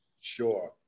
Sure